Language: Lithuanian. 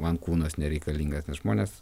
man kūnas nereikalingas nes žmonės